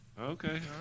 Okay